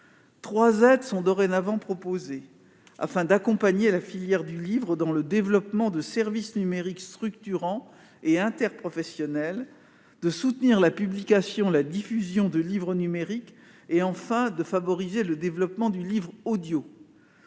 Trois aides sont dorénavant proposées afin d'accompagner la filière du livre dans le développement de services numériques structurants et interprofessionnels, de soutenir la publication et la diffusion de livres numériques, et de favoriser le développement du livre audio.